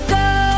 go